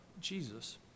Jesus